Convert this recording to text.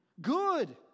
Good